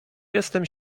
jestem